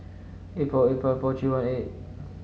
eight four eight five four three one eight